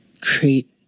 create